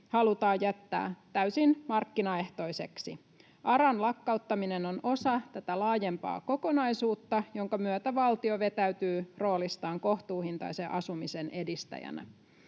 halutaan jättää täysin markkinaehtoiseksi. ARAn lakkauttaminen on osa tätä laajempaa kokonaisuutta, jonka myötä valtio vetäytyy roolistaan kohtuuhintaisen asumisen edistäjänä.